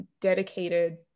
dedicated